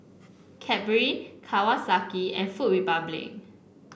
Cadbury Kawasaki and Food Republic